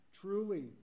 truly